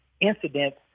incidents